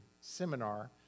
seminar